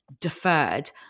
deferred